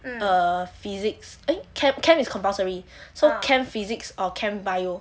err physics eh chem chem is compulsory so chem physics or chem bio